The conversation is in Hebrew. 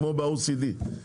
כמו ב-OECD.